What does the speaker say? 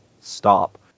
stop